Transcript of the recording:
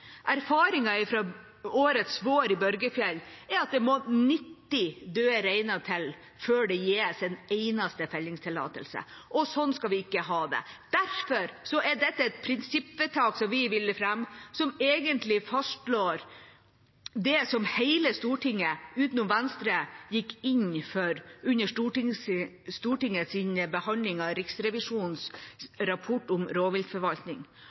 årets vår i Børgefjell er at det må 90 døde reiner til før det gis en eneste fellingstillatelse. Slik skal vi ikke ha det. Derfor ville vi fremme et forslag for å fatte et prinsippvedtak som egentlig fastslår det som hele Stortinget utenom Venstre gikk inn for under Stortingets behandling av Riksrevisjonens rapport om